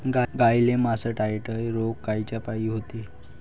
गाईले मासटायटय रोग कायच्यापाई होते?